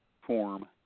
form